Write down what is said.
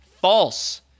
false